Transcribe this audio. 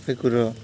सबै कुरो